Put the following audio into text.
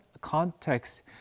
context